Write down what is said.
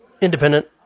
independent